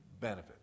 benefit